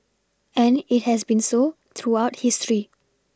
and it has been so throughout history